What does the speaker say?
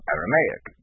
Aramaic